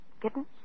Kitten